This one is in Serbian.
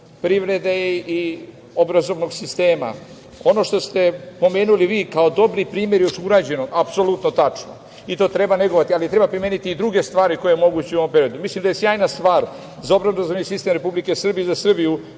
privrede i obrazovnog sistema. Ono što ste pomenuli vi kao dobri premer još urađeno, apsolutno tačno, i to treba negovati, ali treba primeniti i druge stvari koje je moguće u ovom periodu. Mislim da je sjajna stvar za obrazovani sistem Republike Srbije za Srbiju